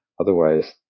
otherwise